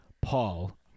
paul